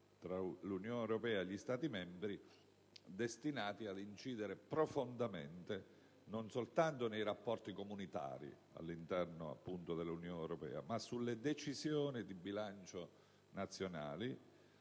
tra l'Unione europea e gli Stati membri destinate ad incidere profondamente non soltanto nei rapporti comunitari all'interno dell'Unione europea, ma sulle decisioni di bilancio nazionali,